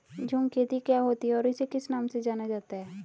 झूम खेती क्या होती है इसे और किस नाम से जाना जाता है?